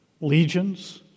legions